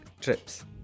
trips